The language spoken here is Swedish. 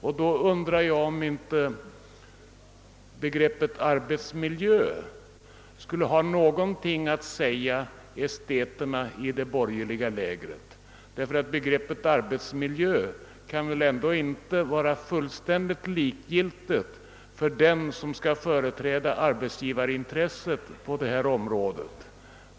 Jag undrar om inte begreppet arbetsmiljö kan ha någonting att säga esteterna i det borgerliga lägret, ty detta begrepp kan väl ändå inte vara fullständigt likgiltigt för dem som skall företräda arbetsgivarintresset på detta område.